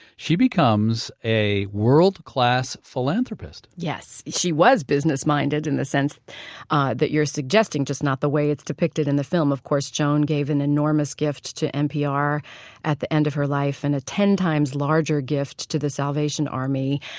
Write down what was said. she becomes a world-class philanthropist yes. she was business-minded in the sense ah that you're suggesting just not the way it's depicted in the film, of course. joan gave an enormous gift to npr at the end of her life and a ten times larger gift to the salvation army.